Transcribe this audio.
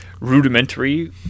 rudimentary